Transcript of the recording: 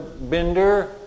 bender